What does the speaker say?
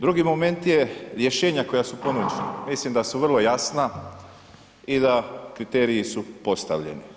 Drugi moment je, rješenja koja su ponuđena, mislim da su vrlo jasna i da kriteriji su postavljeni.